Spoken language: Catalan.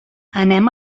anem